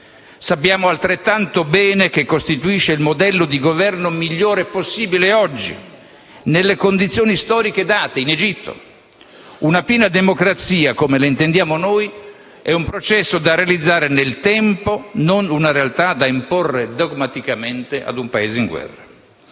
Sappiamo altrettanto bene che costituisce il modello di governo migliore possibile oggi, nelle condizioni storiche date, in Egitto. Una piena democrazia, come la intendiamo noi, è un processo da realizzare nel tempo, non una realtà da imporre dogmaticamente a un Paese in guerra.